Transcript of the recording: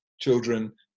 children